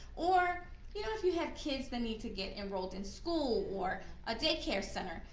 or yeah if you have kids that need to get enrolled in school or ah daycare center,